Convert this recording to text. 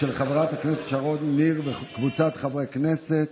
של חברת הכנסת שרון ניר וקבוצת חברי הכנסת.